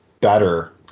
better